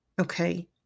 okay